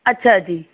ਅੱਛਾ ਜੀ